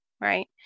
right